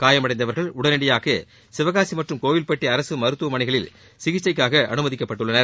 காயமடைந்தவர்கள் உடனடியாக சிவகாசி மற்றும் கோவில்பட்டி அரசு மருத்துவமனைகளில் சிகிச்சைக்காக அனுமதிக்கப்பட்டுள்ளனர்